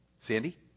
Sandy